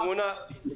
תודה.